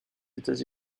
états